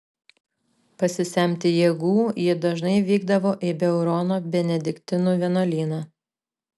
pasisemti jėgų ji dažnai vykdavo į beurono benediktinų vienuolyną